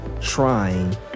trying